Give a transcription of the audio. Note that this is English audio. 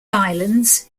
islands